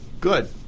Good